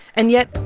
and yet,